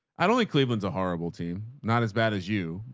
i don't think cleveland's a horrible team. not as bad as you.